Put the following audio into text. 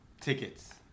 Tickets